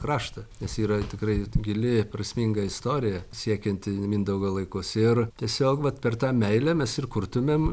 kraštą nes yra tikrai gili prasminga istorija siekianti mindaugo laikus ir tiesiog vat per tą meilę mes ir kurtumėm